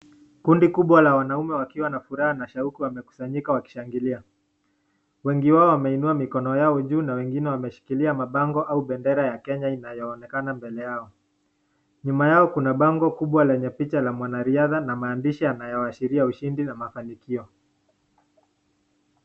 Kundi kubwa la wanaume wakiwa na furaha na shauku wamekusanyika wakishangilia. Wengi wao wameinua mikono yao juu na wengine wameshikilia mabango au bendera ya kenya inaonekana mbele yao. Nyuma yao kuna bango kubwa lenye picha ya mwanariadha na maandishi yanayoashiria ushindi na mafanikio.